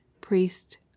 priest